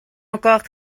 encore